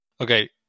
Okay